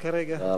תודה רבה.